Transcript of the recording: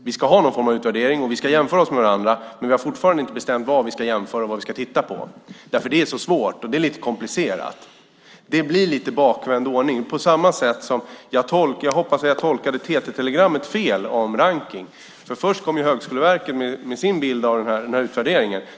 Vi ska ha någon form av utvärdering och vi ska jämföra oss med varandra, men vi har fortfarande inte bestämt vad vi ska jämföra och vad vi ska titta på för det är så svårt och det är lite komplicerat. Det blir lite bakvänd ordning. Jag hoppas att jag tolkade TT-telegrammet om rankning fel. Först kom Högskoleverket med sin bild av utvärderingen.